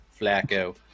Flacco